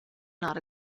not